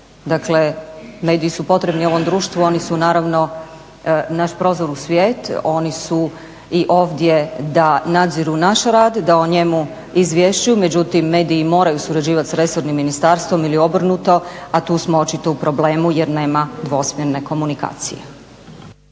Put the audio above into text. Dakle, mediji su potrebni ovom društvu. Oni su naravno naš prozor u svijet. Oni su i ovdje da nadziru naš rad, da o njemu izvješćuju. Međutim, mediji moraju surađivati sa resornim ministarstvom ili obrnuto, a tu smo očito u problemu jer nema dvosmjerne komunikacije.